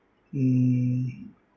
mm